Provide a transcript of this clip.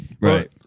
right